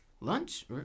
Lunch